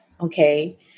okay